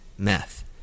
meth